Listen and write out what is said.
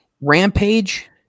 Rampage